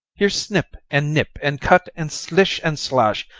here's snip and nip and cut and slish and slash,